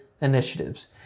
initiatives